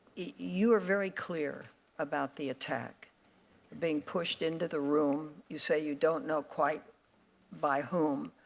you are very clear about the attack being pushed into the room, you say you don't know quite by whom.